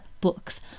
books